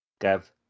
Gav